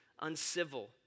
uncivil